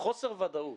חוסר הוודאות